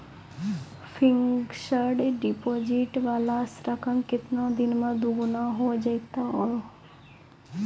Fixed deposit वाला रकम केतना दिन मे दुगूना हो जाएत यो?